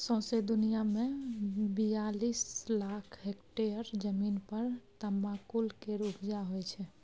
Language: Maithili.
सौंसे दुनियाँ मे बियालीस लाख हेक्टेयर जमीन पर तमाकुल केर उपजा होइ छै